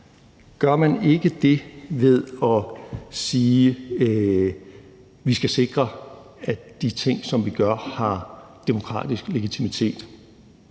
Gør man ikke det ved at sige, at vi skal sikre, at de ting, som vi gør, har demokratisk legitimitet,